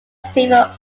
civil